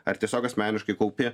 ar tiesiog asmeniškai kaupi